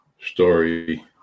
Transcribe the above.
story